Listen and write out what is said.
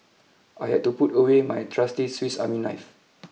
I had to put away my trusty Swiss Army Knife